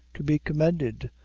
to be commended,